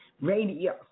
Radio